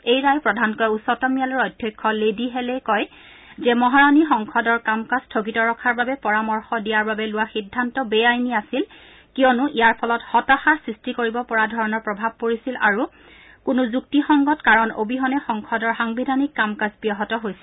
এই ৰায় প্ৰধানকৈ উচ্চতম ন্যায়ালয়ৰ অধ্যক্ষ লেডী হেলেই কয় যে মহাৰাণী সংসদৰ কাম কাজ স্থগিত ৰখাৰ বাবে পৰামৰ্শ দিয়াৰ বাবে লোাৱা সিদ্ধান্ত বে আইনী আছিল কিয়নো ইয়াৰ ফলত হাতাশা সৃষ্টি কৰিব পৰা ধৰণৰ প্ৰভাৱ পৰিছিল আৰু কোনো যুক্তিসংগত কাৰণ অবিহনে সংসদৰ সাংবিধানিক কাম কাজ ব্যাহত হৈছিল